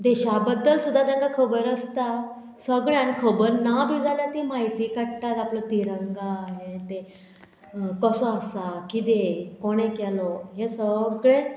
देशा बद्दल सुद्दां तांका खबर आसता सगळें आनी खबर ना बी जाल्यार ती म्हायती काडटात आपलो तिरंगा हें तें कसो आसा किदें कोणें केलो हें सगळें